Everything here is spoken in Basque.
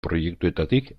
proiektuetatik